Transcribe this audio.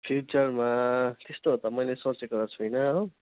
फ्युचरमा त्यस्तोहरू त मैले सोचेको त छैन हो